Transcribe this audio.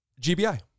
GBI